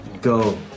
go